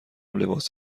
لباس